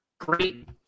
great